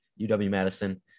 UW-Madison